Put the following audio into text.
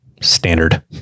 standard